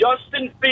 Justin